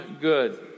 good